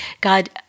God